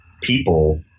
people